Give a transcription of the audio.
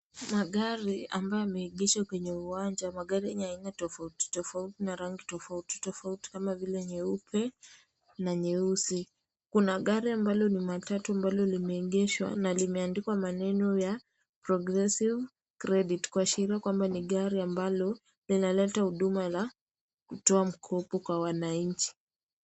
Magari ambayo yameegeshwa kwenye uwanja. Magari yenye aina tofauti tofauti na rangi tofauti tofauti kama vile nyeupe na nyeusi. Kuna gari ambalo ni matatu ambalo limeegeshwa na limeandikwa maneno ya Progressive Credit kuashiria kwamba ni gari ambalo, linaleta huduma la kutoa mkopo kwa wananchi.